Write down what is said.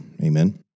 Amen